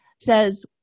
says